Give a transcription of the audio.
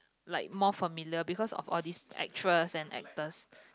like more familiar because of all this actress and actors